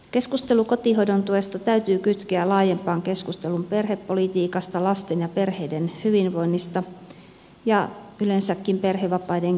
keskustelu kotihoidon tuesta täytyy kytkeä laajempaan keskusteluun perhepolitiikasta lasten ja perheiden hyvinvoinnista ja yleensäkin perhevapaiden käytöstä